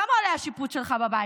כמה עולה השיפוץ שלך בבית?